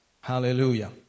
Hallelujah